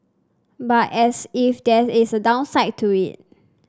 but as if there is a downside to that